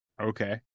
Okay